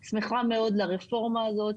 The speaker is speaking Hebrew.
אני שמחה מאוד לרפורמה הזאת.